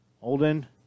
Holden